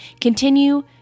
continue